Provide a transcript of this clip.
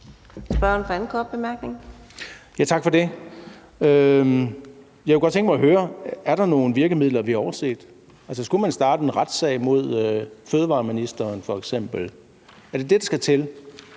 Tak for det. Jeg kunne godt tænke mig at høre, om der er nogen virkemidler, vi har overset. Skulle man starte en retssag mod f.eks. fødevareministeren? Er det det, der skal til?